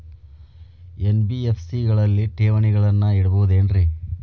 NBFC ಗಳಲ್ಲಿ ಠೇವಣಿಗಳನ್ನು ಇಡಬಹುದೇನ್ರಿ?